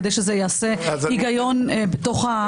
כדי שזה יעשה היגיון בתוך השיח?